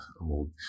old